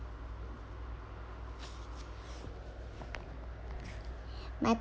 my